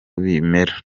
bimera